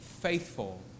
faithful